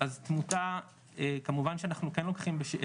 אז תמותה כמובן שאנחנו כן לוקחים,